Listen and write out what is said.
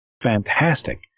fantastic